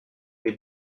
les